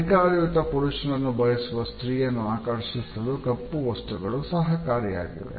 ಅಧಿಕಾರಯುತ ಪುರುಷನನ್ನು ಬಯಸುವ ಸ್ತ್ರೀಯನ್ನು ಆಕರ್ಷಿಸಲು ಕಪ್ಪು ವಸ್ತ್ರಗಳು ಸಹಕಾರಿಯಾಗಿವೆ